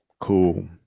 Cool